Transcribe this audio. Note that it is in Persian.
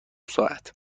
ساعت